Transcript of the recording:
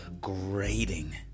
grating